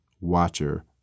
watcher